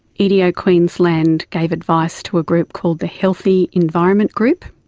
edo queensland gave advice to a group called the healthy environment group.